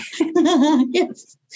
Yes